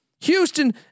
Houston